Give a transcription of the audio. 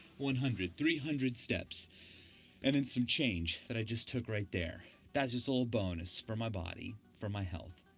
one hundred. three hundred steps and then some change that i just took right there. that's just a little bonus for my body, for my health.